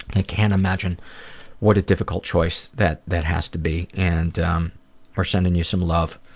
i can't imagine what a difficult choice that that has to be and um we're sending you some love.